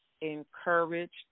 encouraged